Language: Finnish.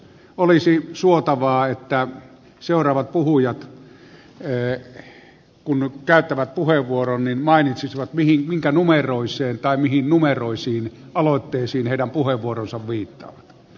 olisi suotavaa että seuraavat puhujat kun käyttävät puheenvuoron mainitsisivat minkä numeroiseen tai minkä numeroisiin aloitteisiin heidän puheenvuoronsa viittaa